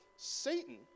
Satan